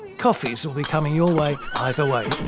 coffees will be coming your way either way,